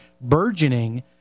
burgeoning